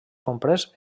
comprès